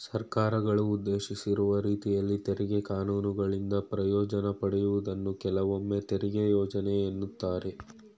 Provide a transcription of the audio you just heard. ಸರ್ಕಾರಗಳು ಉದ್ದೇಶಿಸಿರುವ ರೀತಿಯಲ್ಲಿ ತೆರಿಗೆ ಕಾನೂನುಗಳಿಂದ ಪ್ರಯೋಜ್ನ ಪಡೆಯುವುದನ್ನ ಕೆಲವೊಮ್ಮೆತೆರಿಗೆ ಯೋಜ್ನೆ ಎನ್ನುತ್ತಾರೆ